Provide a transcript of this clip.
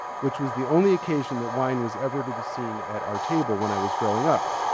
which was the only occasion that wine was ever to be seen at our table when i was growing up.